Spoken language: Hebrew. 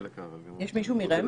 יש מישהו מרמ"י?